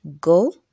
Go